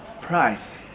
Price